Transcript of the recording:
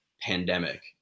pandemic